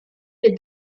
with